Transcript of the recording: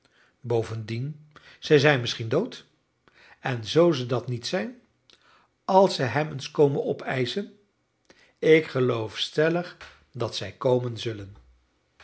bovendien zij zijn misschien dood en zoo ze dat niet zijn als ze hem eens komen opeischen ik geloof stellig dat zij komen zullen